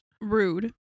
rude